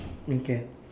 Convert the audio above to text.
okay